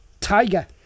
tiger